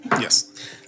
Yes